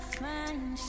find